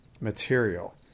material